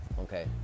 okay